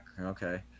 okay